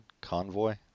Convoy